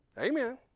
Amen